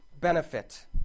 benefit